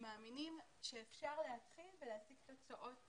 מאמינים שאפשר להתחיל ולהשיג תוצאות